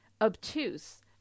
obtuse